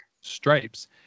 Stripes